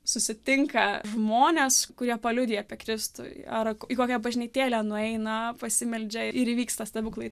susitinka žmonės kurie paliudija apie kristų ar į kokią bažnytėlę nueiną pasimeldžia ir įvyksta stebuklai